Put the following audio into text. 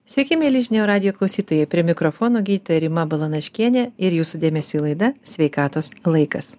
sveiki mieli žinių radijo klausytojai prie mikrofono gydytoja rima balanaškienė ir jūsų dėmesiui laida sveikatos laikas